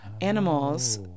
animals